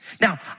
Now